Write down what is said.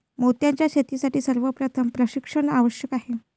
मोत्यांच्या शेतीसाठी सर्वप्रथम प्रशिक्षण आवश्यक आहे